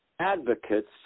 Advocates